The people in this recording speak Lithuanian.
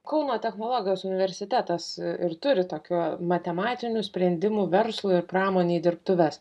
kauno technologijos universitetas ir turi tokių matematinių sprendimų verslui ir pramonei dirbtuves